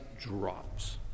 drops